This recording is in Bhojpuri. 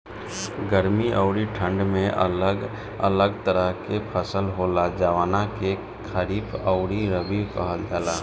गर्मी अउरी ठंडी में अलग अलग तरह के फसल होला, जवना के खरीफ अउरी रबी कहल जला